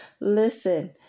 Listen